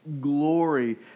Glory